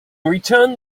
returned